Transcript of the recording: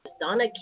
Donna